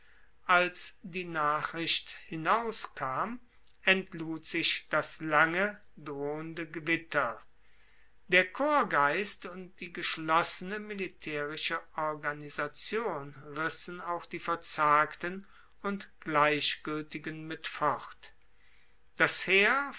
als die nachricht hinauskam entlud sich das lange drohende gewitter der korpsgeist und die geschlossene militaerische organisation rissen auch die verzagten und gleichgueltigen mit fort das heer